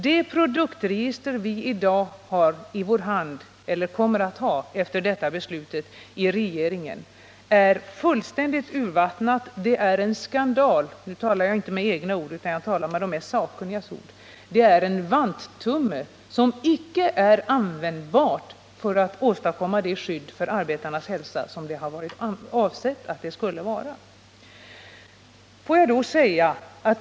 Det produktregister som vi i dag har i vår hand, eller som vi efter detta beslut kommer att ha, är fullständigt urvattnat. Det är en skandal — jag talar inte med egna ord utan med de mest sakkunnigas ord. Det är en vanttumme som icke är användbar för att åstadkomma det skydd för arbetarnas hälsa som det var avsett att vara.